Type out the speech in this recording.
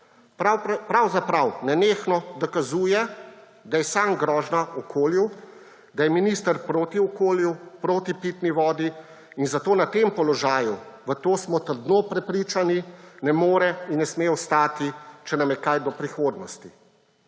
Pravzaprav nenehno dokazuje, da je sam grožnja okolju, da je minister proti okolju, proti pitni vodi, in zato na tem položaju, v to smo trdno prepričani, ne more in ne sme ostati, če nam je kaj do prihodnosti.